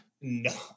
no